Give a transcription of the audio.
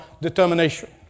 determination